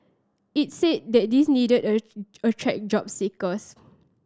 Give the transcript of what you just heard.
it said that this needed attract job seekers